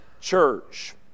church